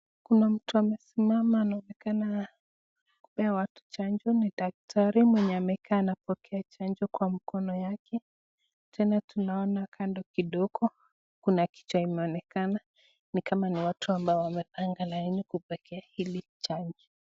Kuna mtu amesimama anaonekana kupea watu chanjo ni daktari. Mwenye amekaa anapokea chanjo kwa mkono yake tena tunaona kando kidogo kuna kichwa inayoonekana ni kama ni watu ambao wamepanga laini ili kupata hili chanjo.